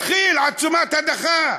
מתחיל עצומת הדחה.